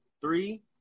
three